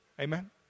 amen